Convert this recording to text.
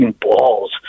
balls